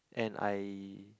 and I